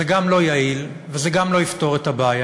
זה גם לא יעיל וגם לא יפתור את הבעיה.